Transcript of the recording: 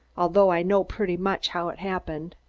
although i know pretty much how it happened.